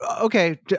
okay